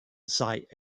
site